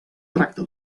tracta